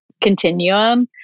continuum